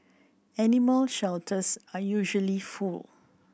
animal shelters are usually full